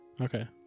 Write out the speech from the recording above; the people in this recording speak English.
Okay